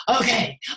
okay